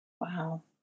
Wow